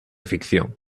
ficción